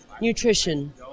nutrition